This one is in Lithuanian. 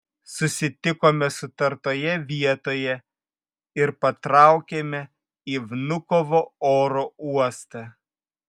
susitikome sutartoje vietoje ir patraukėme į vnukovo oro uostą